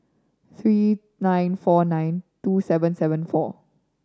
three nine four nine two seven seven four